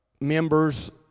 member's